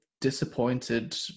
disappointed